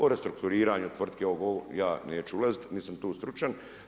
O restrukturiranju tvrtke, oko ovog ja neću ulaziti, nisam tu stručan.